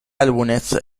álbumes